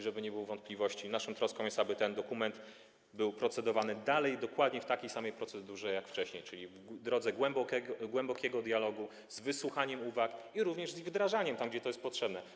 Żeby nie było wątpliwości, naszą troską jest to, aby ten dokument był dalej procedowany dokładnie w takiej samej procedurze, jak wcześniej, czyli w drodze głębokiego dialogu, z wysłuchaniem uwag i z ich wdrażaniem tam, gdzie to jest potrzebne.